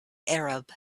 arab